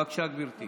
בבקשה, גברתי.